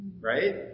Right